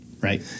right